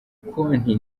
konti